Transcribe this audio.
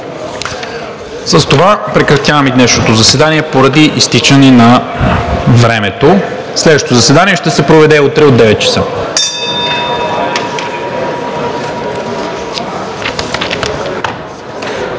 С това прекратявам и днешното заседание поради изтичане на времето. Следващото заседание ще се проведе утре от 9,00 ч.